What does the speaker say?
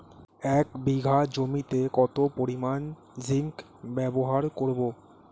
এক বিঘা জমিতে কত পরিমান জিংক ব্যবহার করব?